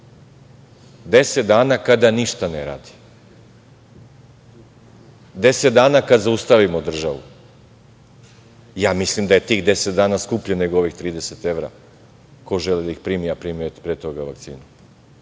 10 dana kada ništa ne radi, 10 dana kada zaustavimo državu? Mislim da je tih 10 dana skuplje, nego ovih 30 evra, ko želi da ih primi, a da je pre toga primio